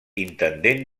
intendent